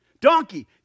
Donkey